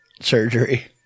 surgery